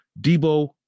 Debo